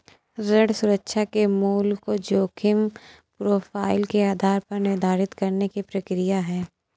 ऋण सुरक्षा के मूल्य को जोखिम प्रोफ़ाइल के आधार पर निर्धारित करने की प्रक्रिया है